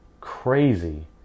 crazy